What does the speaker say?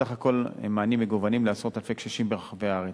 סך הכול מענים מגוונים לעשרות אלפי קשישים ברחבי הארץ.